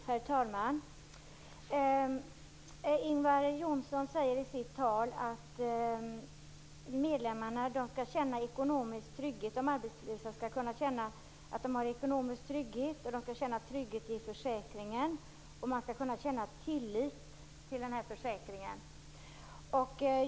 Herr talman! Ingvar Johnsson säger i sitt tal att medlemmarna och de arbetslösa skall känna ekonomisk trygghet och trygghet i försäkringen. De skall också kunna känna tillit till försäkringen.